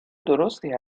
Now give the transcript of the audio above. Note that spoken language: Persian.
درستی